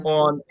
on